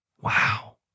Wow